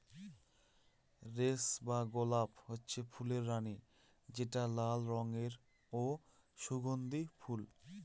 rose বা গলাপ হচ্ছে ফুলের রানী যেটা লাল রঙের ও সুগন্ধি ফুল